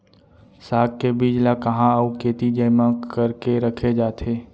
साग के बीज ला कहाँ अऊ केती जेमा करके रखे जाथे?